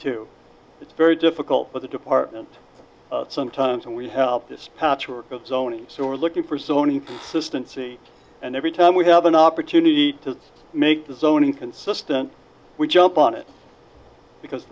to it's very difficult but the department sometimes and we help this patchwork of zoning so we're looking for sony assistant seat and every time we have an opportunity to make the zoning consistent we jump on it because